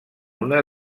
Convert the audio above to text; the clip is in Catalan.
una